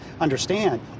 understand